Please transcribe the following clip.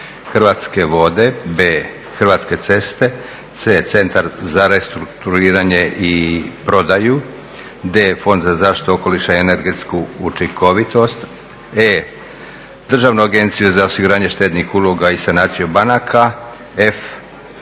Hrvatske vode B) Hrvatske ceste C) Centar za restrukturiranje i prodaju D) Fond za zaštitu okoliša i energetsku učinkovitost E) Državnu agenciju za osiguranje štednih uloga i sanaciju banaka F)